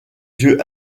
yeux